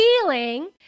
feeling